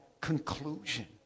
conclusion